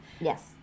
Yes